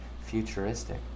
futuristic